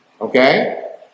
Okay